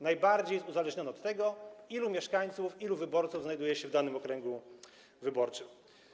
Najbardziej jest to uzależnione od tego, ilu mieszkańców, ilu wyborców znajduje się w danym okręgu wyborczym.